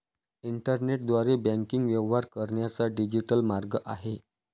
इंटरनेटद्वारे बँकिंग व्यवहार करण्याचा डिजिटल मार्ग आहे